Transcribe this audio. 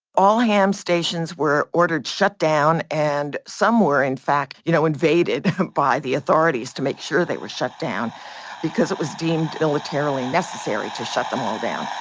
all ham stations were ordered shut down and some were in fact you know invaded by the authorities to make sure they were shut down because it was deemed militarily necessary to shut them all down